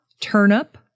turnip